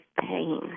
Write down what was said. pain